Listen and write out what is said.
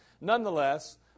nonetheless